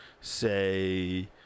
say